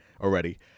already